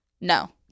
No